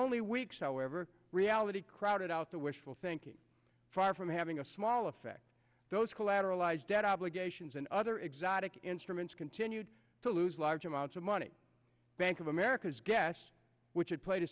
only weeks however reality crowded out the wishful thinking far from having a small effect those collateralized debt obligations and other exotic instruments continued to lose large amounts of money bank of america's guess which had played a